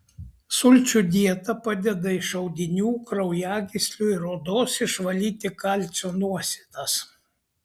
sulčių dieta padeda iš audinių kraujagyslių ir odos išvalyti kalcio nuosėdas